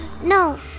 No